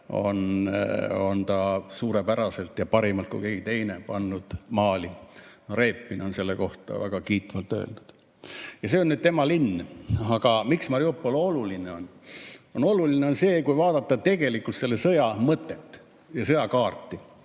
on ta suurepäraselt ja paremini kui keegi teine pannud maali. Repin on selle kohta väga kiitvalt öelnud. Ja see on tema linn. Aga miks Mariupol oluline on? Oluline on see, kui vaadata selle sõja mõtet ja sõjakaarti,